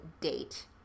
date